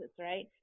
right